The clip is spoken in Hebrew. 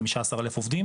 של חמישה עשר אלף עובדים,